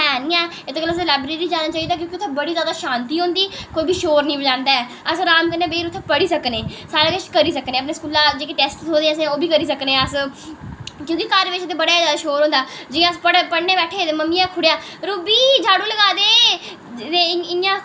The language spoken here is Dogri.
ते पढ़ोंदा उत्थें ऐ निं ऐ ते एह्दे कोला असें लाईब्रेरी जाना चाहिदा क्योंकि उत्थें बड़ी जादा शांति होंदी कोई बी शोर निं मचांदा ऐ अस अराम कन्नै उत्थें पढ़ी सकने मतलब सारा किश करी सकने स्कूला जेह्ड़े टेस्ट थ्होऐ दे होंदे ओह्बी करी सकने न ते घर बिच बड़ा शोर होंदा जेल्लै अस पढ़दे ते पढ़ने ई बैठे दे ते मम्मियै आक्खी ओड़ेआ रूबी झाड़ू लग्गा दे ते इंया आक्खी ओड़ना